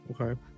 Okay